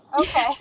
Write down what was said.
okay